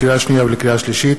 לקריאה שנייה ולקריאה שלישית,